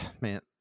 Man